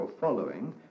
following